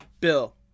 Bill